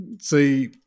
see